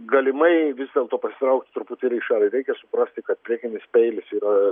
galimai vis dėlto pasitraukt truputėlį į šalį reikia suprasti kad priekinis peilis yra